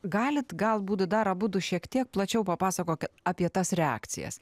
galit galbūt dar abudu šiek tiek plačiau papasakok apie tas reakcijas